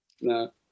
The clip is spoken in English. no